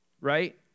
right